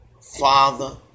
father